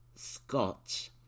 Scott